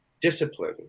discipline